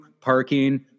parking